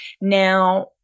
now